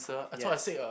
yes